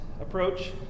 approach